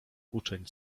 uczeń